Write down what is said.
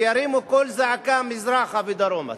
שירימו קול זעקה מזרחה ודרומה.